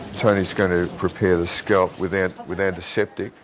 tony is going to prepare the scalp with and with antiseptic.